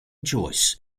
joyce